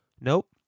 Nope